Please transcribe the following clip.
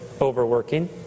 overworking